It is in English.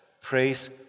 praise